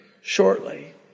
shortly